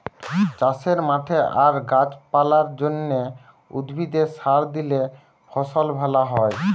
চাষের মাঠে আর গাছ পালার জন্যে, উদ্ভিদে সার দিলে ফসল ভ্যালা হয়